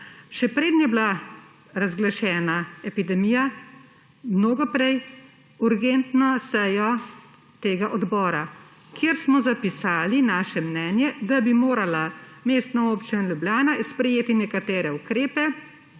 še preden je bila razglašena epidemija, mnogo prej, urgentno sejo tega odbora, kjer smo zapisali svoje mnenje, da bi morala Mestna občina Ljubljana sprejeti nekatere ukrepe.